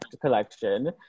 collection